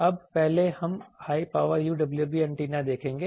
अब पहले हम हाई पावर UWB एंटेना देखेंगे